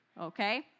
okay